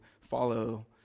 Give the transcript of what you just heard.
follow